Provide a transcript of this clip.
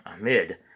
Amid